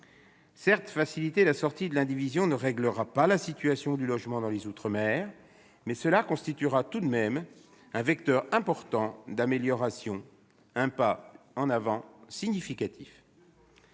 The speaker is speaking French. Faciliter la sortie de l'indivision ne réglera pas la situation du logement dans les outre-mer, mais cette mesure est tout de même un vecteur important d'amélioration et représente un pas en avant significatif.